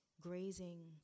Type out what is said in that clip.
grazing